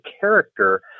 character